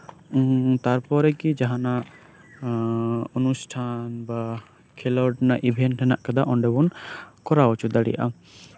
ᱛᱟᱨᱯᱚᱨᱮ ᱜᱮ ᱡᱟᱸᱦᱟᱱᱟᱜ ᱚᱱᱩᱥᱴᱷᱟᱱ ᱵᱟ ᱠᱷᱮᱞᱳᱰ ᱨᱮᱭᱟᱜ ᱤᱵᱷᱮᱱᱴ ᱢᱮᱱᱟᱜ ᱠᱟᱫᱟ ᱚᱱᱰᱮ ᱵᱚᱱ ᱠᱚᱨᱟᱣ ᱦᱚᱪᱚ ᱫᱟᱲᱮᱭᱟᱜᱼᱟ